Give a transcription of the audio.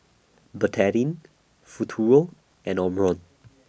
Betadine Futuro and Omron